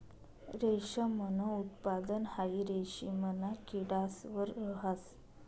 रेशमनं उत्पादन हाई रेशिमना किडास वर रहास